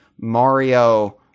Mario